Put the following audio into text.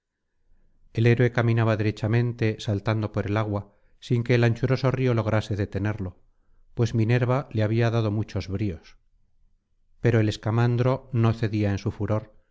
el héroe caminaba derechamente saltando por el agua sin que el anchuroso río lograse detenerlo pues minerva le había dado muchos bríos pero el escamandro no cedía en su furor